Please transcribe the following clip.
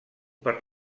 per